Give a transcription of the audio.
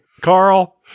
Carl